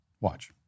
Watch